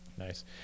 Nice